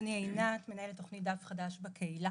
אני עינת סגל ואני מנהלת תוכנית דף חדש בקהילה.